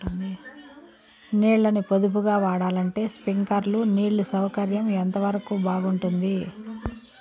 నీళ్ళ ని పొదుపుగా వాడాలంటే స్ప్రింక్లర్లు నీళ్లు సౌకర్యం ఎంతవరకు బాగుంటుంది?